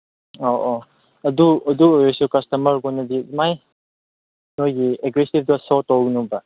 ꯑꯣ ꯑꯣ ꯑꯗꯨ ꯑꯗꯨ ꯑꯣꯏꯔꯁꯨ ꯀꯁꯇꯃꯔ ꯈꯣꯏꯅꯗꯤ ꯑꯗꯨꯃꯥꯏꯅ ꯅꯣꯏꯒꯤ ꯑꯦꯒ꯭ꯔꯤꯁꯤꯞꯇꯣ ꯁꯣ ꯇꯧꯒꯅꯨꯕ